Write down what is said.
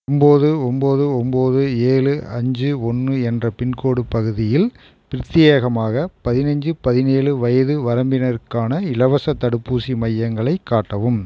ஒம்பது ஒம்பது ஒம்பது ஏழு அஞ்சு ஒன்று என்ற பின்கோடு பகுதியில் பிரத்யேகமாக பதினஞ்சு பதினேழு வயது வரம்பினருக்கான இலவசத் தடுப்பூசி மையங்களைக் காட்டவும்